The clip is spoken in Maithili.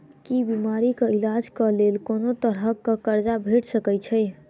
की बीमारी कऽ इलाज कऽ लेल कोनो तरह कऽ कर्जा भेट सकय छई?